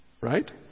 Right